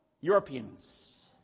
Europeans